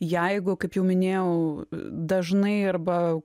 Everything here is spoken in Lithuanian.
jeigu kaip jau minėjau dažnai arba